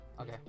Okay